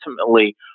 Ultimately